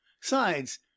sides